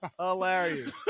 Hilarious